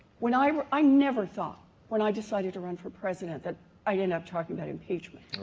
when i i never thought when i decided to run for president that i didn't have talking about impeachment,